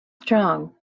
strong